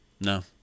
No